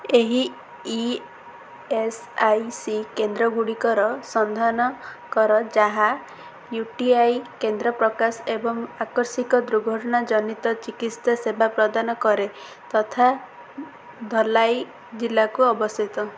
ଏହି E S I C କେନ୍ଦ୍ରଗୁଡ଼ିକର ସନ୍ଧାନ କର ଯାହା ୟୁ ଟି ଆଇ କେନ୍ଦ୍ର ପ୍ରକାଶ ଏବଂ ଆକସ୍ମିକ ଦୁର୍ଘଟଣା ଜନିତ ଚିକିତ୍ସା ସେବା ପ୍ରଦାନ କରେ ତଥା ଧଲାଈ ଜିଲ୍ଲାକୁ ଅବସ୍ଥିତ